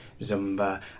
Zumba